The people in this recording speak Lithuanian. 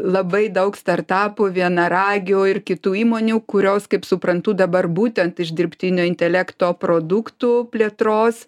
labai daug startapų vienaragių ir kitų įmonių kurios kaip suprantu dabar būtent iš dirbtinio intelekto produktų plėtros